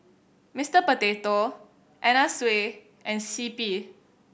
Mister Potato Anna Sui and C P